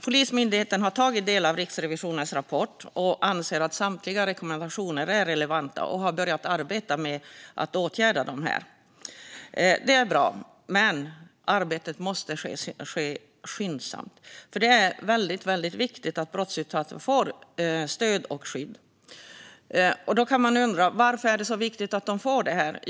Polismyndigheten har tagit del av Riksrevisionens rapport och anser att samtliga rekommendationer är relevanta. Myndigheten har börjat arbeta med att vidta åtgärder. Det är bra, men arbetet måste ske skyndsamt eftersom det är så viktigt att brottsutsatta får stöd och skydd. Varför är det så viktigt att de får stödet?